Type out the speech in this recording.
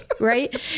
right